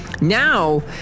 Now